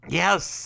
yes